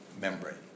membrane